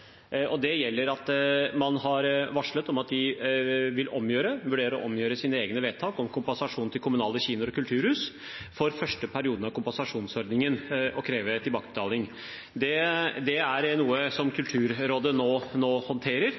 Man har varslet om at de vil vurdere å omgjøre sine egne vedtak om kompensasjon til kommunale kinoer og kulturhus for første perioden av kompensasjonsordningen og kreve tilbakebetaling. Det er noe Kulturrådet nå håndterer.